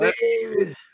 baby